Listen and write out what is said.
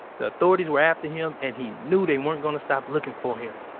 the authorities were after him and he knew they weren't gonna stop looking for him.